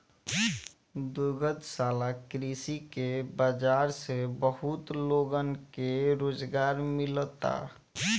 दुग्धशाला कृषि के बाजार से बहुत लोगन के रोजगार मिलता